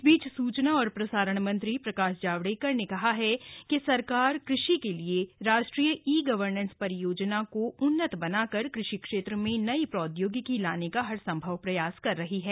इस बीच सूचना और प्रसारण मंत्री प्रकाश जावडेकर ने कहा है कि सरकार कृषि के लिए राष्ट्रीय ई गवर्नेस परियोजना को उन्नत बनाकर कृषि क्षेत्र में नई प्रौद्योगिकी लाने का हरसंभव प्रयास कर रही है